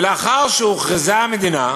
ולאחר שהוכרזה המדינה,